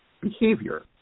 behavior